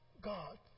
God